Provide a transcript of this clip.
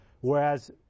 Whereas